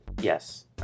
Yes